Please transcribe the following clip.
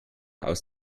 aus